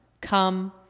come